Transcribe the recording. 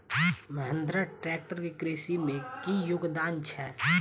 Mahindra tractor केँ कृषि मे की योगदान छै?